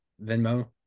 Venmo